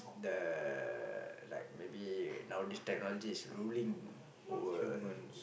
the like maybe now these technology is ruling our world